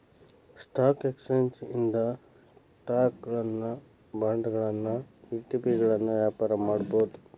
stock exchange ಇಂದ ಸ್ಟಾಕುಗಳನ್ನ ಬಾಂಡ್ಗಳನ್ನ ಇ.ಟಿ.ಪಿಗಳನ್ನ ವ್ಯಾಪಾರ ಮಾಡಬೋದು